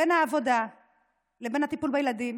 בין העבודה לבין הטיפול בילדים